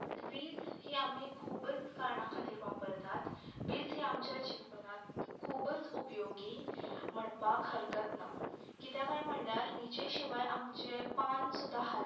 वीज ही आमी खूबच कारणा खातीर वापरतात वीज ही आमच्या जिवनात खूबच उपयोगी म्हणपाक हरकत ना कितें काय म्हणल्यार वीजे शिवाय आमचे पान सुद्दां हालना